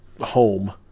home